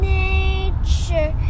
nature